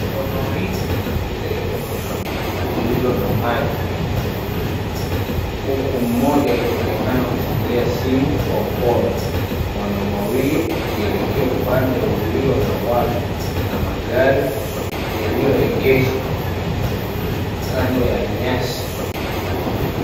Wanaume wanne wanapita eneo lililo na maji huku mmoja akionekana kushikilia simu kwa mkono na wanaume wawili wakielekea upande ulio na watu na magari yaliyoegeshwa kando ya nyasi.